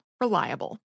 reliable